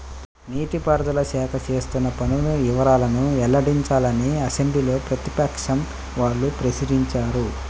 నీటి పారుదల శాఖ చేస్తున్న పనుల వివరాలను వెల్లడించాలని అసెంబ్లీలో ప్రతిపక్షం వాళ్ళు ప్రశ్నించారు